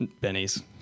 Benny's